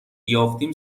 یافتیم